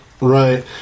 right